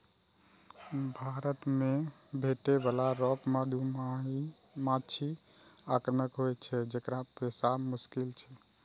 भारत मे भेटै बला रॉक मधुमाछी आक्रामक होइ छै, जेकरा पोसब मोश्किल छै